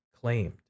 claimed